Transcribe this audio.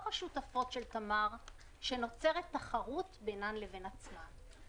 השותפות של תמר שנוצרת תחרות בינן לבין עצמן.